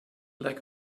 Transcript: like